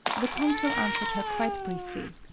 the consul answered her quite briefly.